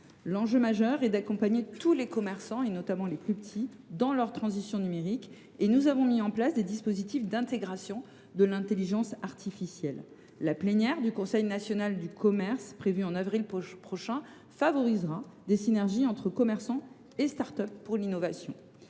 L’enjeu majeur est d’accompagner tous les commerçants, notamment les plus petits, dans leur transition numérique. Nous avons par exemple mis en place des dispositifs d’intégration de l’intelligence artificielle. La réunion plénière du Conseil national du commerce prévue en avril prochain favorisera des synergies entre commerçants et start up pour l’innovation.